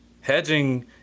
hedging